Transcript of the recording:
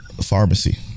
Pharmacy